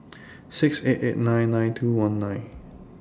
six eight eight nine nine two one nine